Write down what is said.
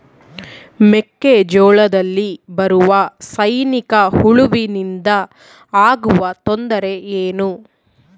ಮೆಕ್ಕೆಜೋಳದಲ್ಲಿ ಬರುವ ಸೈನಿಕಹುಳುವಿನಿಂದ ಆಗುವ ತೊಂದರೆ ಏನು?